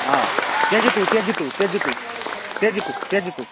आ त्यजतु त्यजतु त्यजतु त्यजतु त्यजतु